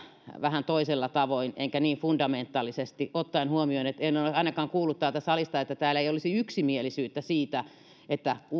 vähän toisella tavoin en niin fundamentaalisesti ottaen huomioon että en ole ainakaan kuullut täältä salista että täällä ei olisi yksimielisyyttä siitä että